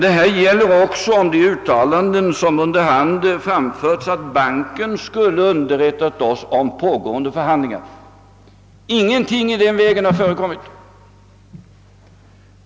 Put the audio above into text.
Detta gäller också om de uttalanden, som under hand framfördes, att banken skulle ha underrättat oss om pågående förhandlingar. Ingenting i den vägen har förekommit.